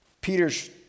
Peter's